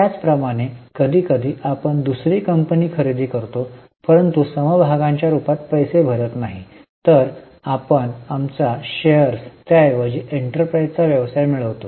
त्याचप्रमाणे कधीकधी आपण दुसरी कंपनी खरेदी करतो परंतु समभागांच्या रूपात पैसे भरत नाही तर आपण आमचा शेअर्स त्याऐवजी एंटरप्राइझचा व्यवसाय मिळवितो